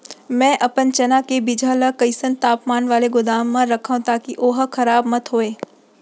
मैं अपन चना के बीजहा ल कइसन तापमान वाले गोदाम म रखव ताकि ओहा खराब मत होवय?